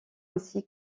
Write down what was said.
ainsi